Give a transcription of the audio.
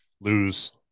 lose